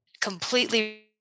completely